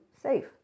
safe